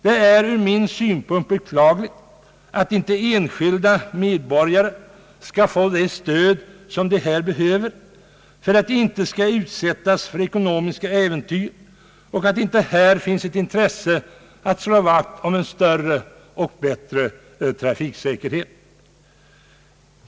Det är ur min synpunkt att beklaga att inte enskilda medborgare skall få det stöd de behöver, så att de inte utsätts för ekonomiska äventyr, och att det inte finns ett in tresse att slå vakt om en bättre trafiksäkerhet.